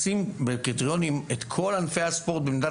לשים בקריטריונים את כל ענפי הספורט במדינת